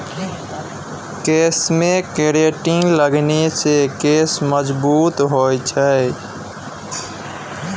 केशमे केरेटिन लगेने सँ केश मजगूत होए छै